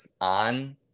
on